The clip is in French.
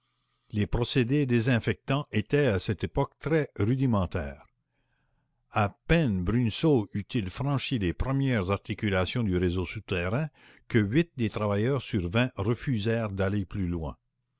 les procédés désinfectants étaient à cette époque très rudimentaires à peine bruneseau eut-il franchi les premières articulations du réseau souterrain que huit des travailleurs sur vingt refusèrent d'aller plus loin